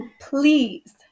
Please